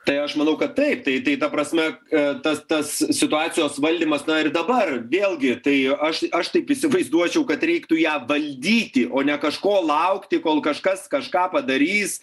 tai aš manau kad taip tai tai ta prasme kad tas tas situacijos valdymas na ir dabar vėlgi tai aš aš taip įsivaizduočiau kad reiktų ją valdyti o ne kažko laukti kol kažkas kažką padarys